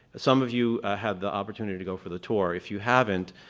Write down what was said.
some of you had the opportunity to go for the tour. if you haven't,